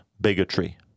bigotry